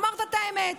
אמרת את האמת.